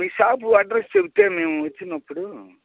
మీ shop address చెప్తే మేము వచ్చినప్పుడు